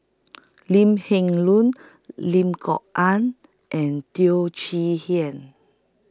Lim Heng Leun Lim Kok Ann and Teo Chee Hean